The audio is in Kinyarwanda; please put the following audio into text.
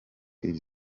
iri